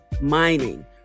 mining